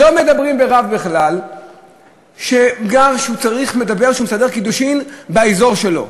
לא מדברים בכלל על רב שמסדר קידושין באזור שלו,